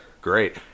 Great